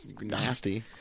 Nasty